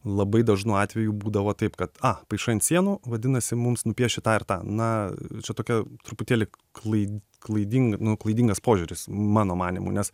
labai dažnu atveju būdavo taip kad a paišai ant sienų vadinasi mums nupieši tą ir tą na čia tokia truputėlį klai klaidinga nu klaidingas požiūris mano manymu nes